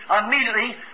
immediately